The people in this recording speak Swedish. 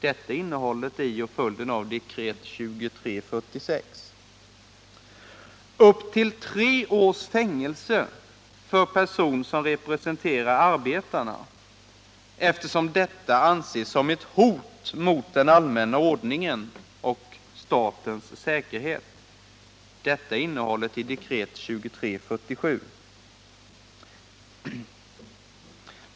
Detta är innehållet i och följden av dekret 2346. De innebär upp till tre års fängelse för person som representerar arbetarna, eftersom detta anses som ett hot mot den allmänna ordningen och statens säkerhet. Detta är innehållet i dekret 2347.